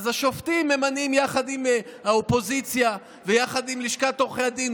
אז השופטים ממנים יחד עם האופוזיציה ויחד עם לשכת עורכי הדין.